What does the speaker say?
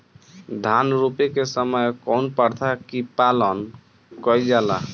धान रोपे के समय कउन प्रथा की पालन कइल जाला?